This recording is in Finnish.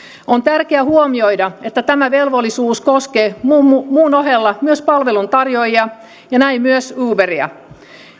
on tärkeää huomioida että tämä velvollisuus koskee muun ohella myös palveluntarjoajia ja näin myös uberia